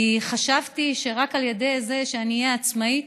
כי חשבתי שרק על ידי זה שאני אהיה עצמאית,